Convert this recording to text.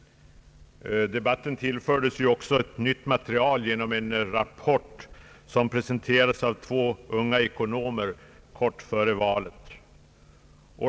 Debatten tillfördes också nytt material genom en rapport, som presenterades av två unga ekonomer kort före valet.